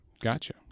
Gotcha